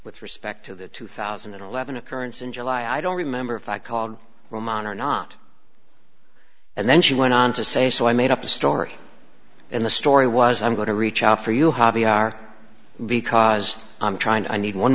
with respect to the two thousand and eleven occurrence in july i don't remember if i called them on or not and then she went on to say so i made up a story and the story was i'm going to reach out for you harvey are because i'm trying i need one